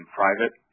private